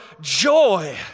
joy